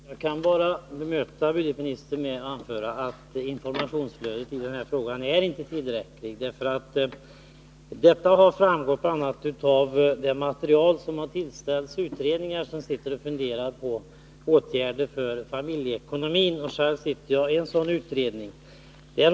Herr talman! Jag kan bemöta budgetministern med att anföra att informationsflödet i den här frågan inte är tillräckligt. Detta har framgått bl.a. av det material som tillställts de utredningar som funderar på åtgärder för familjeekonomin. Själv sitter jag i en sådan utredning.